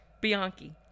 Bianchi